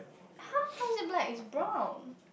how how is it black is brown